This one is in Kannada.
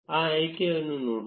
ಆ ಆಯ್ಕೆಯನ್ನು ನೋಡೋಣ